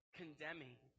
condemning